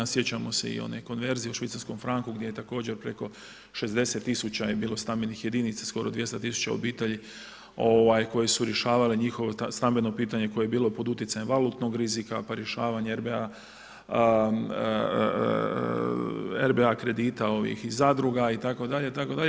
Sjećamo se i one konverzije u švicarskom franku gdje je također preko 60 tisuća je bilo stambenih jedinica, skoro 200 tisuća obitelji koje su rješavale njihovo stambeno pitanje koje je bilo pod utjecajem valutnog rizika, pa rješavanje RBA kredita ovih iz zadruga itd., itd.